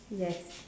yes